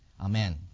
Amen